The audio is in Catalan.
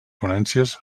ponències